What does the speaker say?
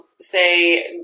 say